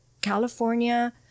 California